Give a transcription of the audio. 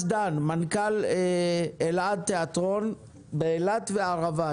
בעז דן, מנכ"ל אלעד תיאטרון באילת והערבה.